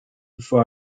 vor